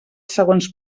segons